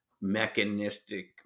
mechanistic